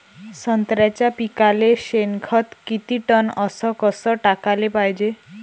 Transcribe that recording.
संत्र्याच्या पिकाले शेनखत किती टन अस कस टाकाले पायजे?